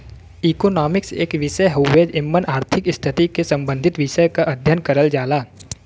economics एक विषय हउवे एमन आर्थिक स्थिति से सम्बंधित विषय क अध्ययन करल जाला